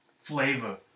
flavor